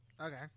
Okay